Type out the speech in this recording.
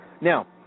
Now